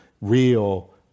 real